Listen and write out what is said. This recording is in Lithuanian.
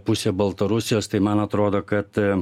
pusė baltarusijos tai man atrodo kad